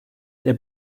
their